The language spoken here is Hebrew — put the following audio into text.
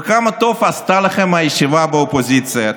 וכמה טוב עשתה לכם הישיבה באופוזיציה,